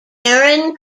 aaron